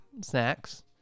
snacks